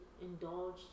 indulge